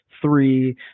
three